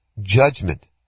judgment